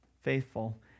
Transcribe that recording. faithful